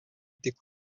tik